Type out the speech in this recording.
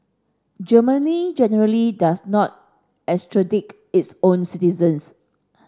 Germany generally does not extradite its own citizens